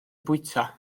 bwyta